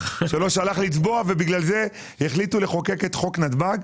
לצבוע ולכן החליטו לחוקק את חוק נתב"ג.